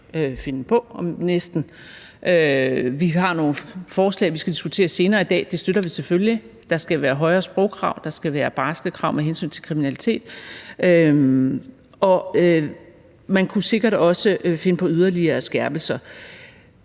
finde på. Vi har nogle forslag, vi skal diskutere senere i dag. Dem støtter vi selvfølgelig. Der skal være højere sprogkrav. Der skal være barske krav med hensyn til kriminalitet. Og man kunne sikkert også finde på yderligere skærpelser.